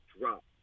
drop